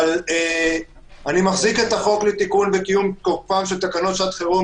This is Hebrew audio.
אבל אני מחזיק את החוק לתיקון וקיום תוקפם של תקנות שעת חירום,